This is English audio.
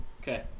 Okay